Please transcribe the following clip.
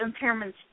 impairments